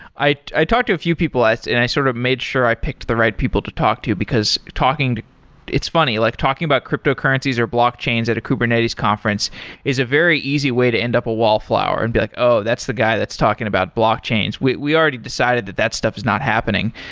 i i talked to a few people and i sort of made sure i picked the right people to talk to, because talking to it's funny, like talking about cryptocurrencies or blockchains at a kubernetes conference is a very easy way to end up a wallflower and be like, oh, that's the guy that's talking about blockchains. we we already decided that that stuff is not happening.